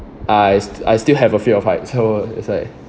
I st~ I still have a fear of heights so it's like